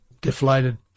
deflated